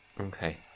Okay